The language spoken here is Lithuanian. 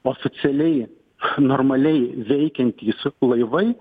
oficialiai normaliai veikiantys laivai